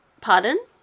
Pardon